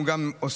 אנחנו גם עושים,